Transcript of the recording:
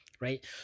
right